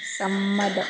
സമ്മതം